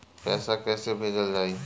पैसा कैसे भेजल जाइ?